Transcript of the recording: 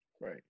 Right